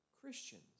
Christians